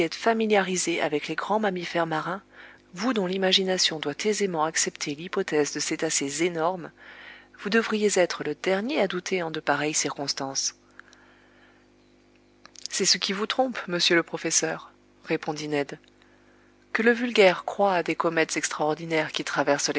familiarisé avec les grands mammifères marins vous dont l'imagination doit aisément accepter l'hypothèse de cétacés énormes vous devriez être le dernier à douter en de pareilles circonstances c'est ce qui vous trompe monsieur le professeur répondit ned que le vulgaire croie à des comètes extraordinaires qui traversent